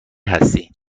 هستید